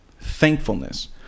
thankfulness